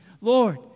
Lord